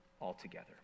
altogether